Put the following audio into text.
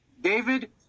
David